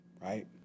Right